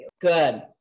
Good